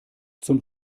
zum